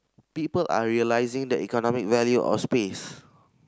people are realising the economic value of space